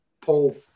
Paul